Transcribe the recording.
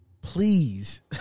please